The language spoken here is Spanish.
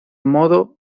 modo